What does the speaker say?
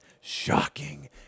shocking